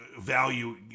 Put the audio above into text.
value